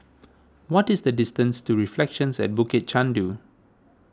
what is the distance to Reflections at Bukit Chandu